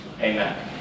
amen